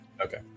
Okay